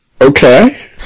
Okay